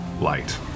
light